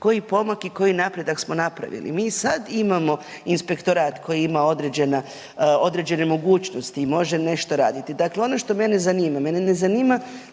koji pomak i koji napredak smo napravili. Mi i sad imamo Inspektorat koji ima određena, određene mogućnosti i može nešto raditi. Dakle, ono što mene zanima, mene ne zanima